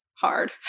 hard